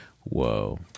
Whoa